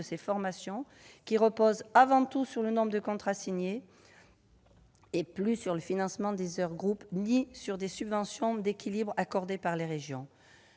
des formations, qui repose désormais avant tout sur le nombre de contrats signés, et plus sur le financement des « heures groupes » ni sur les subventions d'équilibre accordées par les régions.